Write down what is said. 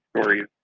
stories